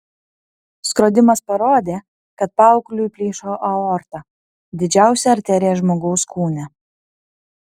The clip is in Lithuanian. skrodimas parodė kad paaugliui plyšo aorta didžiausia arterija žmogaus kūne